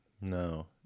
No